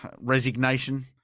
Resignation